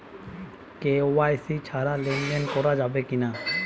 KYC ছাড়া লেনদেন করা যাবে কিনা?